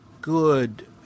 good